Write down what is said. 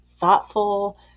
thoughtful